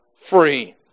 free